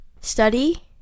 study